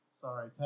Sorry